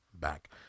back